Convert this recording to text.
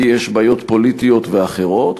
כי יש בעיות פוליטיות ואחרות,